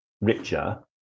richer